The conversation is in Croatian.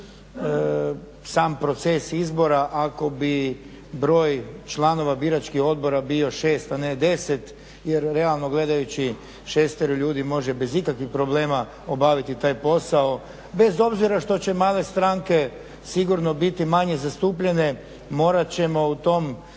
sam proces izbora ako bi broj članova biračkih odbora bio 6, a ne 10 jer realno gledajući šestero ljudi može bez ikakvih problema obaviti taj posao, bez obzira što će male stranke sigurno biti manje zastupljene, morat ćemo u tom